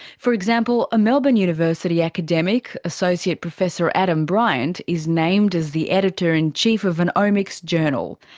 for example, a melbourne university academic, associate professor adam bryant, is named as the editor-in-chief of an omics journal.